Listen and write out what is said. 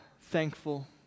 thankful